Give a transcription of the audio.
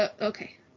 Okay